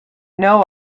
know